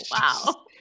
Wow